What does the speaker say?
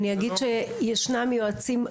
אני אגיד שישנם יועצים,